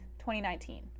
2019